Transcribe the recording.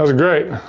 ah great.